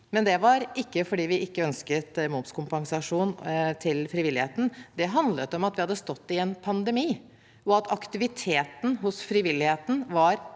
men det var ikke fordi vi ikke ønsket momskompensasjon til frivilligheten. Det handlet om at vi hadde stått i en pandemi, og at aktiviteten hos frivilligheten var